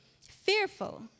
fearful